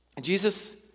Jesus